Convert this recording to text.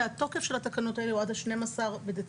והתוקף של התקנות האלה הוא עד ה-12 בדצמבר.